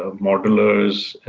ah modelers,